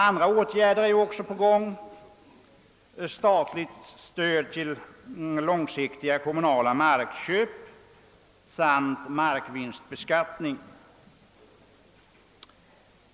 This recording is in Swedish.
Andra åtgärder är också på gång — statligt stöd till långsiktiga kommunala markköp samt markvinstbeskattning.